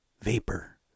vapor